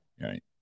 Right